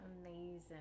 Amazing